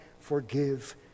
forgive